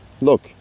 look